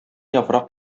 яфрак